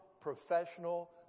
professional